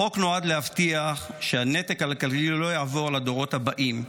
החוק נועד להבטיח שהנטל הכלכלי לא יעבור לדורות הבאים.